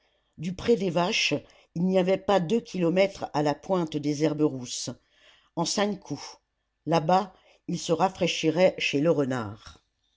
du pré des vaches il n'y avait pas deux kilomètres à la pointe des herbes rousses en cinq coups là-bas ils se rafraîchiraient chez lerenard